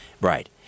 right